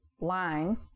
line